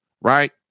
Right